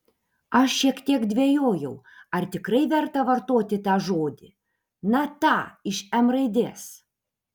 aš šiek tiek dvejojau ar tikrai verta vartoti tą žodį na tą iš m raidės